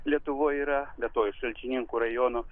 lietuvoj yra vietovė šalčininkų rajono